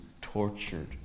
tortured